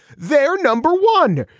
they're number one.